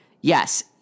yes